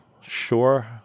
sure